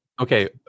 Okay